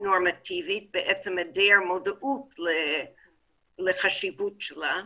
נורמטיבית בעצם היעדר מודעות לחשיבות שלה,